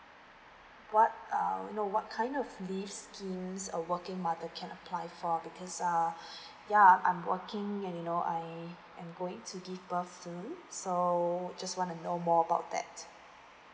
what err you know what kind of leaves schemes uh a working mother can apply for because err yeah I'm working and you know I am going to give birth soon so just want to know more about that